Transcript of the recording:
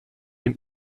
dem